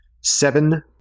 seven